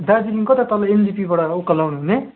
दार्जिलिङ कता तल एनजेपीबाट उकालो आउनुहुने